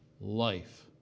life